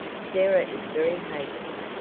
sarah is very hasty,